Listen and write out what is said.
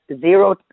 zero